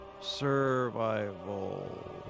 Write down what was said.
Survival